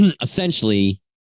essentially